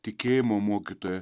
tikėjimo mokytoja